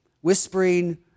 whispering